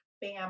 bam